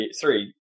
three